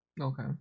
okay